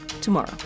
tomorrow